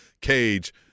Cage